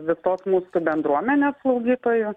visos mūsų bendruomenės slaugytojų